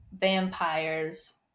vampires